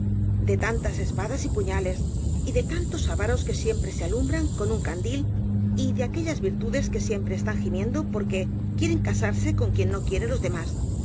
de tantas espadas y puñales y de tantos avaros que siempre se alumbran con un candil y de aquellas virtudes que siempre están gimiendo porque quieren casarse con quien no quieren los demás